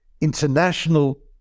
international